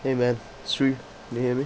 !hey! man sri can you hear me